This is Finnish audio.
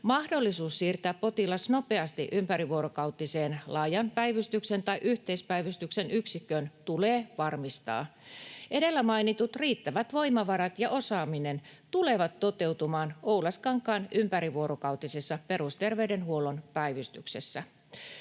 Mahdollisuus siirtää potilas nopeasti ympärivuorokautisen laajan päivystyksen tai yhteispäivystyksen yksikköön tulee varmistaa. Edellä mainitut riittävät voimavarat ja osaaminen tulevat toteutumaan Oulaskankaan ympärivuorokautisessa perusterveydenhuollon päivystyksessä.